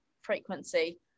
frequency